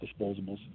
disposables